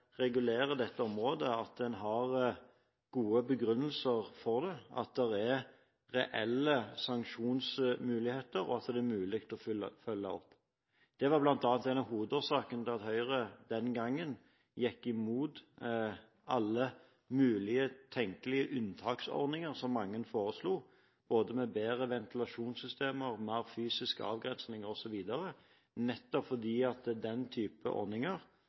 regulerer dette området at man har gode begrunnelser for det, at det er reelle sanksjonsmuligheter, og at det er mulig å følge opp. Det var bl.a. en av hovedårsakene til at Høyre den gangen gikk imot alle mulige tenkelige unntaksordninger som mange foreslo, både med bedre ventilasjonssystemer, mer fysiske avgrensninger osv. – nettopp fordi den type ordninger